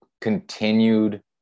continued